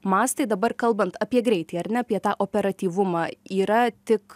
mastai dabar kalbant apie greitį ar ne apie tą operatyvumą yra tik